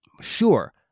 Sure